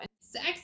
Sex